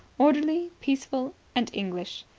orderly, peaceful and english.